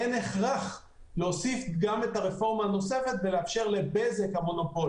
אין הכרח להוסיף גם את הרפורמה הנוספת ולאפשר לבזק המונופול